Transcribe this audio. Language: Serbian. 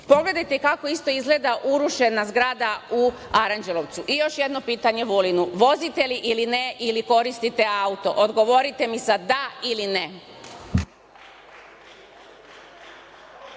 Pogledajte kako izgleda urušena zgrada u Aranđelovcu. Još jedno pitanje Vulinu, vozite ili ne ili koristite auto? Odgovorite mi sa - da ili ne.